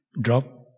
drop